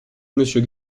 monsieur